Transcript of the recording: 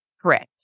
Correct